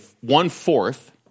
one-fourth